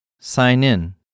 Sign-in